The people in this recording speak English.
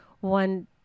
one